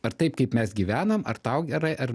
ar taip kaip mes gyvenam ar tau gerai ar